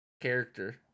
character